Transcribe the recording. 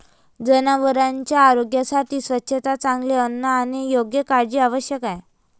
जनावरांच्या आरोग्यासाठी स्वच्छता, चांगले अन्न आणि योग्य काळजी आवश्यक आहे